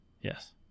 Yes